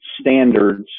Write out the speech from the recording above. standards